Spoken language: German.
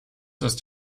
ist